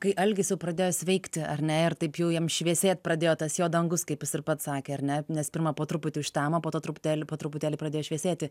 kai algis jau pradėjo sveikti ar ne ir taip jau jam šviesėt pradėjo tas jo dangus kaip jis ir pats sakė ar net nes pirma po truputį užtemo po truputėlį po truputėlį pradėjo šviesėti